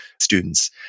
students